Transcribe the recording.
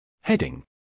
Heading